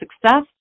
success